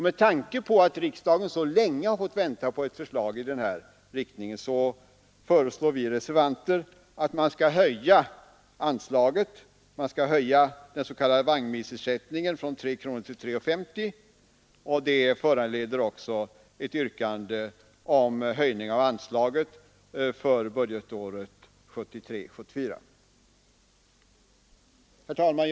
Med tanke på att riksdagen så länge har fått vänta på ett förslag i denna riktning föreslår vi reservanter att man skall höja den s.k. vagnmilsersättningen från 3 kronor till 3 kronor 50 öre. Det föranleder också ett yrkande om höjning av anslaget för budgetåret 1973/74. Herr talman!